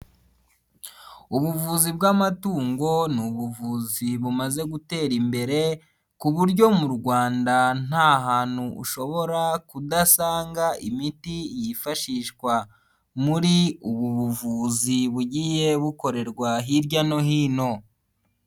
Ubuvuzi bw'amatungo ni ubuvuzi bumaze gutera imbere ku buryo mu Rwanda nta hantu ushobora kudasanga imiti yifashishwa muri ubu buvuzi bugiye bukorerwa hirya no hino.